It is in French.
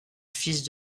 fils